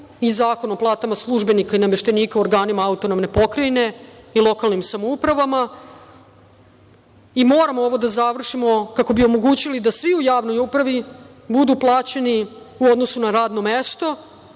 i Zakon o platama službenika i nameštenika u organima autonomne pokrajine i lokalnim samoupravama. Moramo ovo da završimo kako bi omogućili da svi u javnoj upravi budu plaćeni u odnosu na radno mesto